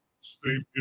state